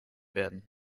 werden